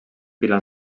pilar